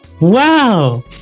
wow